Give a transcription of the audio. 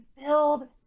build